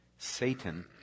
Satan